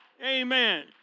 Amen